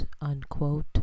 unquote